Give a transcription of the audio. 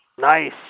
Nice